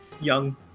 Young